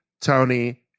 Tony